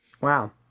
Wow